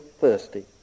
thirsty